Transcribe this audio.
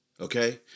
okay